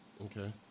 Okay